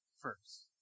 first